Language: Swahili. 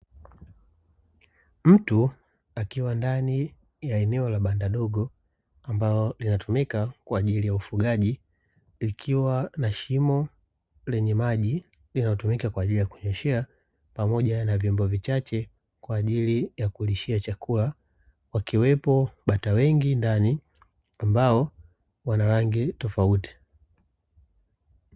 Mtu akiwa ndani ya eneo la banda dogo ambalo linatumika kwa ajili ya ufugaji, likiwa na shimo lenye maji linalotumika kwa ajili ya kunyweshea pamoja na vyombo vichache kwa ajili ya kulishia chakula, wakiwepo bata wengi ndani ambao wanarangi tofauti.